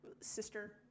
Sister